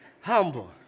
humble